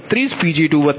36Pg232 છે